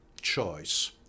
choice